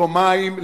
יומיים,